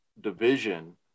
division